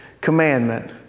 commandment